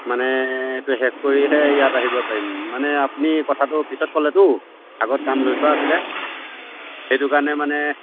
মানে এইটো শেষ কৰিহে ইয়াত আহিব পাৰিম মানে আপুনি কথাটো পিছত ক'লেতো আগত কাম লৈ থোৱা আছিলে সেইটো কাৰণে মানে